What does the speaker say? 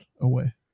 away